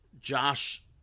Josh